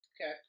okay